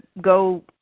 go